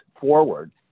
forward